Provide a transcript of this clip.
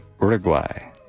Uruguay